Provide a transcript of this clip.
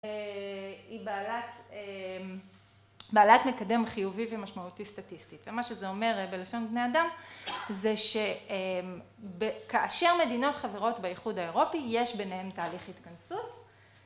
היא בעלת מקדם חיובי ומשמעותי סטטיסטית. ומה שזה אומר בלשון בני אדם, זה שכאשר מדינות חברות באיחוד האירופי יש ביניהן תהליך התכנסות.